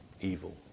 evil